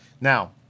Now